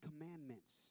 commandments